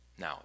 Now